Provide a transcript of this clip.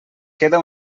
queda